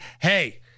hey